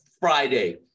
Friday